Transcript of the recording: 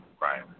Right